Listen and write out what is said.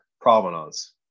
provenance